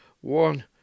one